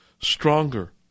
stronger